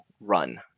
run